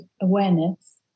awareness